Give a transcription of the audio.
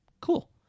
Cool